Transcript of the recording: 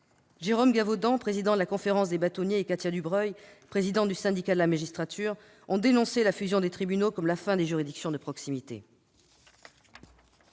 Jérôme Gavaudan, président de la Conférence des bâtonniers, et Katia Dubreuil, présidente du Syndicat de la magistrature, ont dénoncé la fusion des tribunaux comme la fin des juridictions de proximité.